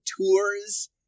tours